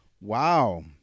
Wow